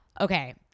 Okay